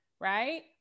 Right